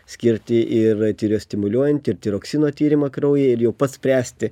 skirti ir tirio stimuliuojantį ir tiroksino tyrimą kraujyje ir jau pats spręsti